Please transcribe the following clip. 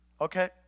Okay